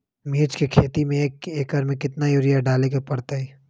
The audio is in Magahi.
मिर्च के खेती में एक एकर में कितना यूरिया डाले के परतई?